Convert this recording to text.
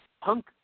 Punk